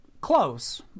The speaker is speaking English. close